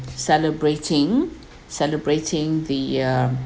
celebrating celebrating the uh